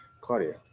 Claudia